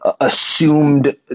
assumed